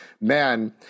Man